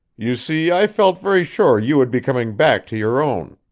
you see, i felt very sure you would be coming back to your own.